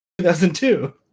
2002